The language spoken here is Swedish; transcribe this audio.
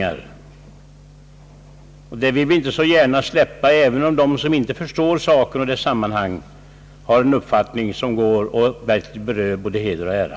Denna linje vill vi inte släppa, även om de som inte förstår saken har en uppfattning som går ut på att beröva oss vår heder och ära.